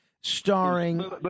starring